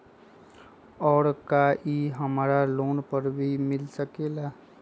और का इ हमरा लोन पर भी मिल सकेला?